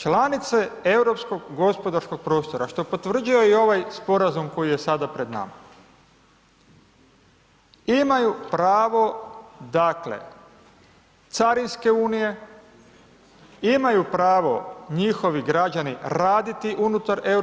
Članice Europskog gospodarskog prostora što potvrđuje ovaj sporazum koji je sada pred nama imaju pravo dakle, carinske unije, imaju prvo njihovi građani raditi unutar EU,